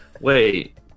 Wait